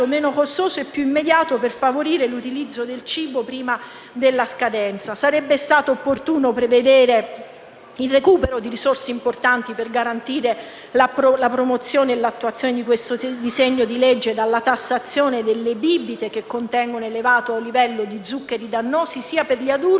meno costoso e più immediato per favorire l'utilizzo del cibo prima della scadenza. Sarebbe stato opportuno prevedere il recupero di risorse importanti per garantire la promozione e l'attuazione di questo disegno di legge, come la tassazione delle bibite che contengono elevati livelli di zucchero, dannosi per gli adulti